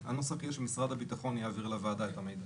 אלא שהנוסח יהיה שמשרד הביטחון יעביר לוועדה את המידע.